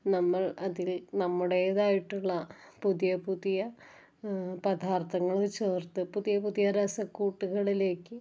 നമ്മൾ അതിൽ നമ്മുടേതായിട്ടുള്ള പുതിയ പുതിയ പദാർത്ഥങ്ങൾ ചേർത്ത് പുതിയ പുതിയ രസക്കൂട്ടുകളിലേക്ക്